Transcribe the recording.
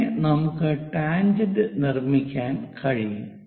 അങ്ങനെ നമുക്ക് ടാൻജെന്റ് നിർമ്മിക്കാൻ കഴിയും